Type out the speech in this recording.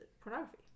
pornography